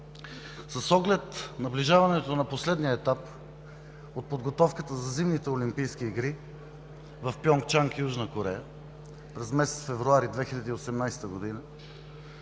С оглед наближаването на последния етап от подготовката за Зимните олимпийски игри в Пьонгчан, Южна Корея през месец февруари 2018 г.